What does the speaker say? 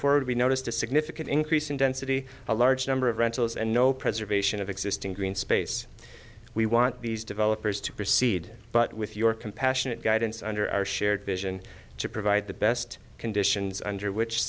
forward we noticed a significant increase in density a large number of rentals and no preservation of existing green space we want these developers to proceed but with your compassionate guidance under our shared vision to provide the best conditions under which